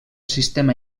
sistema